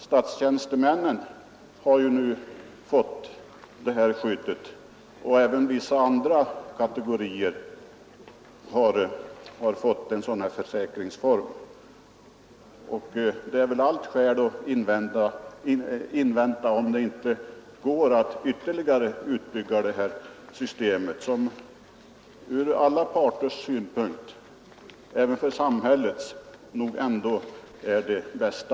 Statens tjänstemän har nu fått detta skydd och även vissa andra kategorier har fått en sådan försäkringsform. Alla skäl talar alltså för att invänta om det inte är möjligt att ytterligare utbygga detta system, som från alla parters — även från samhällets — synpunkt nog ändå är det bästa.